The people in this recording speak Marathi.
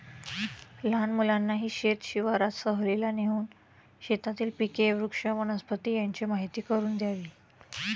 लहान मुलांनाही शेत शिवारात सहलीला नेऊन शेतातील पिके, वृक्ष, वनस्पती यांची माहीती करून द्यावी